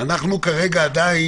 זה נותן מענה להערה